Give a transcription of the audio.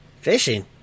Fishing